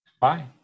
Bye